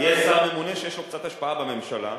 יש שר ממונה שיש לו קצת השפעה בממשלה,